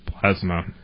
plasma